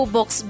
Box